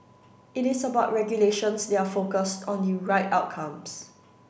it is about regulations that are focused on the right outcomes